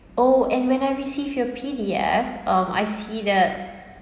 oh and when I receive your P_D_F um I see that